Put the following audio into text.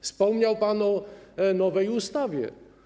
Wspomniał pan o nowej ustawie.